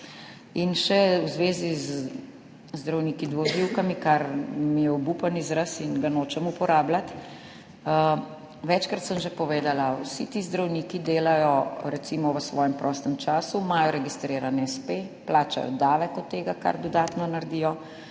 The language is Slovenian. In še v zvezi z zdravniki dvoživkami, kar mi je obupen izraz in ga nočem uporabljati. Večkrat sem že povedala, vsi ti zdravniki delajo recimo v svojem prostem času, imajo registriran espe, plačajo davek od tega, kar dodatno naredijo.